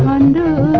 and